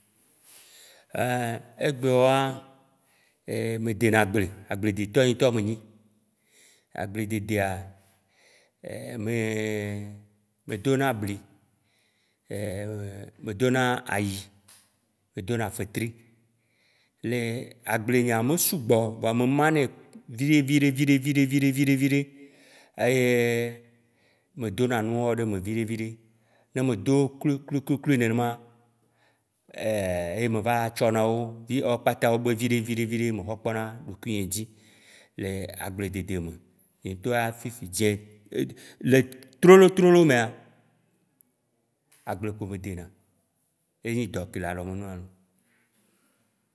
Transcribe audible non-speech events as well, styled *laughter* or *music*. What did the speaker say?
Ein, egbewoa, *hesitation* medena gble, agble detɔ yi tɔ menyi. Agbledede ya, *hesitation* mdona bli, *hesitation* medona ayi, medona fetri le agble nyea, mesugbɔ o kpoa me manɛ viɖe, viɖe, viɖe, viɖe, viɖe. Eye, medona nuawo ɖe eme, viɖe, viɖe, ne medowo klu- klu- klui klui nenema *hesitation* ye meva tsɔ nawo, ye wo kpatawo be viɖe, viɖe, viɖe ye mexɔ kpɔna ɖokui nye dzi le agbledede me. Nye ŋtɔa fifidzĩ *hesitation* le trolo trolo mea, agble kpo me dena. Ye nyi dɔ ke le alɔnu nam loo.